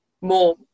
more